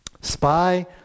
Spy